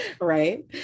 right